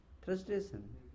Frustration